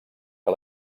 que